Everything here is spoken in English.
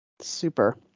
Super